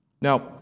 Now